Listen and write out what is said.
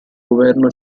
governo